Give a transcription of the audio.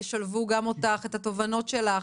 ישלבו גם אותך ואת התובנות שלך.